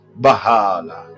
Bahala